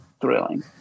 Thrilling